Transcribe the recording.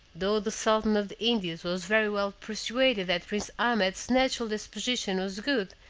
though the sultan of the indies was very well persuaded that prince ahmed's natural disposition was good,